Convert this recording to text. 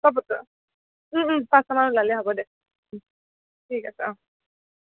পাঁচটা মানত ওলালে হ'ব দে ঠিক আছে অঁ